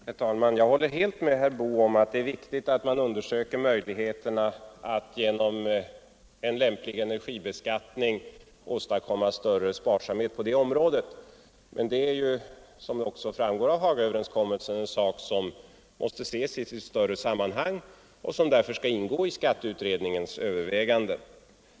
Herr talman! Jag håller helt med herr Boo om att det är viktigt att undersöka möjligheterna att genom en lämplig energibeskattning åstadkomma större sparsamhet. Men det är också, som det framgår av Hagaöverenskommelsen, en sak som måste ses i sitt större sammanhang och som därför skall ingå i skatteutredningens överväganden.